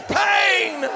pain